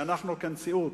שאנחנו, כנשיאות,